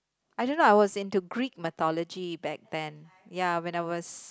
I don't know I was into Greek mythology back then ya when I was